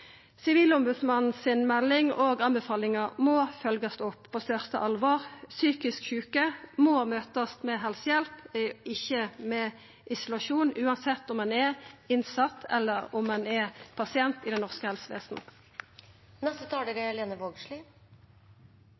må følgjast opp på største alvor. Psykisk sjuke må møtast med helsehjelp, ikkje med isolasjon, uansett om dei er innsette eller pasientar i det norske